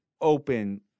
open